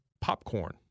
popcorn